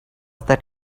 that